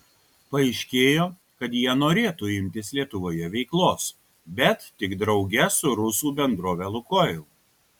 paaiškėjo kad jie norėtų imtis lietuvoje veiklos bet tik drauge su rusų bendrove lukoil